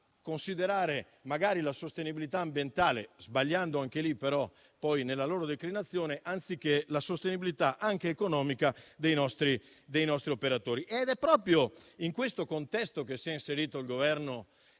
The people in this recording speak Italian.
considerare la sostenibilità ambientale, sbagliando anche lì, però poi nella loro declinazione, anziché la sostenibilità anche economica dei nostri operatori. È proprio in questo contesto che si è inserito il Governo